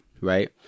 right